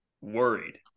worried